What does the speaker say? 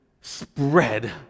spread